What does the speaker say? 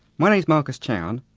my name's marcus chown,